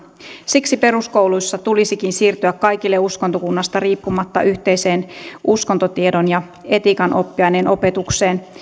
siksi peruskouluissa tulisikin siirtyä kaikille uskontokunnasta riippumatta yhteiseen uskontotiedon ja etiikan oppiaineen opetukseen